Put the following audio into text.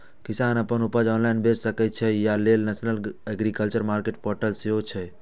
किसान अपन उपज ऑनलाइन बेच सकै, अय लेल नेशनल एग्रीकल्चर मार्केट पोर्टल सेहो छै